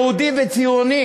יהודי וציוני